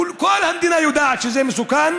כל המדינה יודעת שזה מסוכן,